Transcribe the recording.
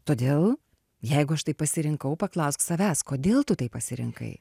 todėl jeigu aš taip pasirinkau paklausk savęs kodėl tu taip pasirinkai